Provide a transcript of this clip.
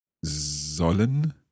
sollen